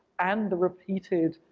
and a repeated